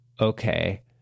okay